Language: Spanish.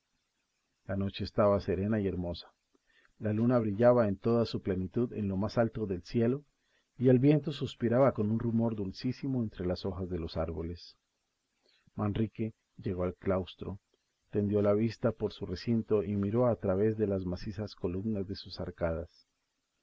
la noche estaba serena y hermosa la luna brillaba en toda su plenitud en lo más alto del cielo y el viento suspiraba con un rumor dulcísimo entre las hojas de los árboles manrique llegó al claustro tendió la vista por su recinto y miró a través de las macizas columnas de sus arcadas